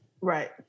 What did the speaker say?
right